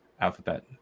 Alphabet